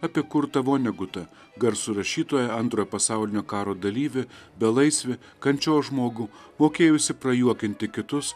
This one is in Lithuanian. apie kurtą vonegutą garsų rašytoją antrojo pasaulinio karo dalyvį belaisvį kančios žmogų mokėjusį prajuokinti kitus